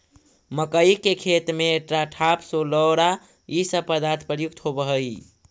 मक्कइ के खेत में एट्राटाफ, सोलोरा इ सब पदार्थ प्रयुक्त होवऽ हई